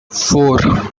four